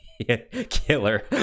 killer